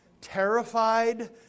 terrified